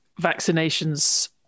vaccinations